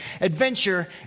adventure